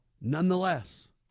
nonetheless